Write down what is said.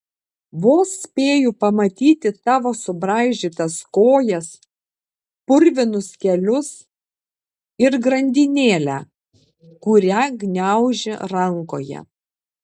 vos spėju pamatyti tavo subraižytas kojas purvinus kelius ir grandinėlę kurią gniauži rankoje